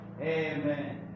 Amen